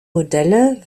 modelle